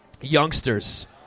youngsters